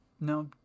No